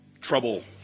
trouble